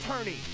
attorney